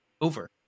over